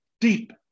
deep